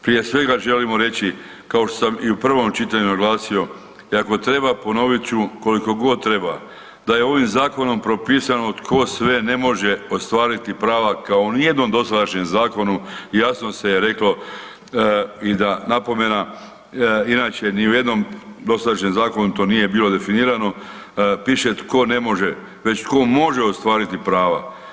Prije svega želimo reći kao što sam i u prvom čitanju naglasio i ako treba ponovit ću koliko god treba da je ovim zakonom propisano tko sve ne može ostvariti prava kao u ni jednom dosadašnjem zakonu jasno se je reklo i da napomena inače ni u jednom dosadašnjem zakonu to nije bilo definirano piše tko ne može već tko može ostvariti prava.